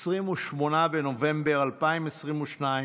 28 בנובמבר 2022,